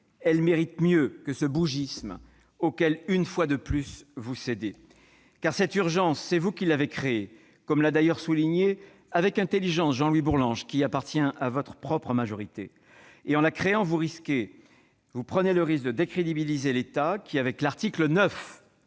Elle mérite mieux que ce « bougisme » auquel, une fois de plus, vous cédez. Car cette urgence, c'est vous qui l'avez créée, comme l'a d'ailleurs souligné avec intelligence Jean-Louis Bourlanges, qui appartient à votre propre majorité. En la créant, vous prenez le risque de décrédibiliser l'État qui, avec l'article 9 de ce